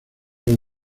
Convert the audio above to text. los